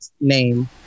name